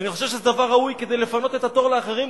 ואני חושב שזה דבר ראוי כדי לפנות את התור לאחרים,